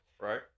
Right